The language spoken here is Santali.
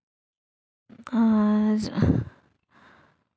ᱟᱨ